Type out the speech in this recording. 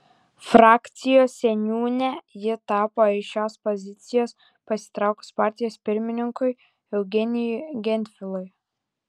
frakcijos seniūne ji tapo iš šios pozicijos pasitraukus partijos pirmininkui eugenijui gentvilui